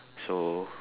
so